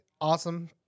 awesome